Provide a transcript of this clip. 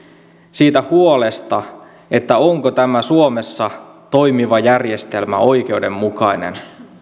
siitä huolesta onko tämä suomessa toimiva järjestelmä oikeudenmukainen siitä